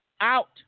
out